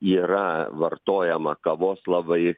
yra vartojama kavos labai